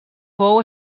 fou